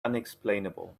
unexplainable